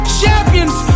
champions